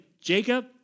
Jacob